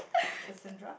Cassandra